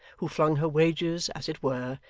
who flung her wages, as it were,